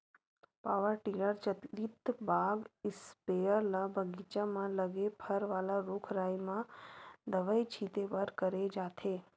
power tiller चलित बाग spare ल बगीचा म लगे फर वाला रूख राई म दवई छिते बर करे जाथे